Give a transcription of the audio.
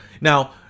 Now